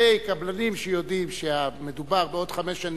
הרי קבלנים שיודעים שמדובר בעוד חמש שנים,